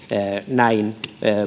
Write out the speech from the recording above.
näin